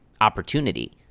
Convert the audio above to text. opportunity